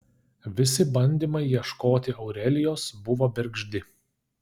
visi bandymai ieškoti aurelijos buvo bergždi